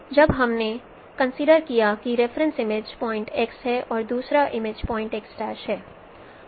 जब हमने कंसीडर किया कि रेफरेंस इमेज पॉइंट् x है और दूसरा इमेज पॉइंट् x' है